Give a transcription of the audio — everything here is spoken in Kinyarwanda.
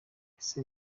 ese